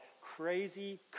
crazy